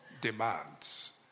demands